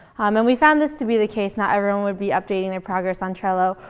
um and we found this to be the case, not everyone would be updating their progress on trello,